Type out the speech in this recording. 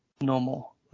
normal